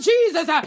Jesus